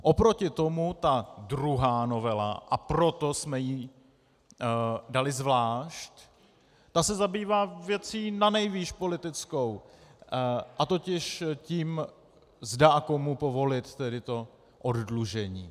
Oproti tomu ta druhá novela, a proto jsme ji dali zvlášť, ta se zabývá věcí nanejvýš politickou, totiž tím, zda a komu povolit to oddlužení.